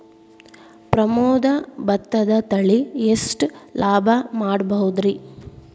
ಪ್ರಮೋದ ಭತ್ತದ ತಳಿ ಎಷ್ಟ ಲಾಭಾ ಮಾಡಬಹುದ್ರಿ?